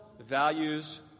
Values